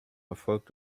erfolgt